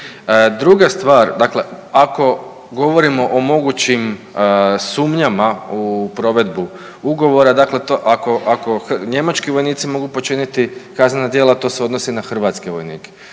Druga stvar, dakle ako govorimo o mogućim sumnjama u provedbu ugovora, dakle to ako, ako njemački vojnici mogu počiniti kaznena djela to se odnosi i na hrvatske vojnike.